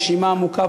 נשימה עמוקה,